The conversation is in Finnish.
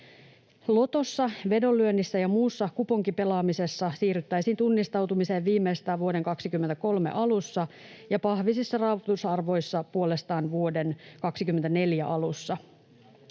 Lotossa, vedonlyönnissä ja muussa kuponkipelaamisessa siirryttäisiin tunnistautumiseen viimeistään vuoden 23 alussa ja pahvisissa raaputusarvoissa puolestaan vuoden 24 alussa.